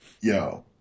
Yo